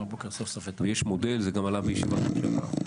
ויש מודל, זה גם עלה בישיבת ממשלה.